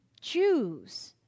Jews